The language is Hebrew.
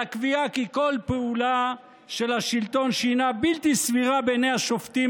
הקביעה כי כל פעולה של השלטון שהיא בלתי סבירה בעיני השופטים,